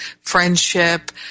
friendship